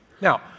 Now